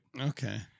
Okay